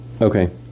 Okay